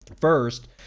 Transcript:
First